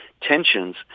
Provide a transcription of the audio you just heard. tensions